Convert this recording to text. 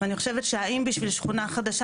ואני חושבת שהאם בשביל שכונה חדשה